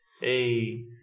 hey